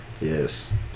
Yes